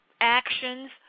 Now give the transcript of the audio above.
actions